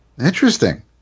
interesting